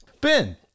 Ben